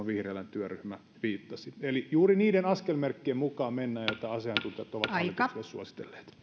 vihriälän työryhmä viittasi eli mennään juuri niiden askelmerkkien mukaan joita asiantuntijat ovat hallitukselle suositelleet